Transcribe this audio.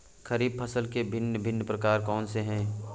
खरीब फसल के भिन भिन प्रकार कौन से हैं?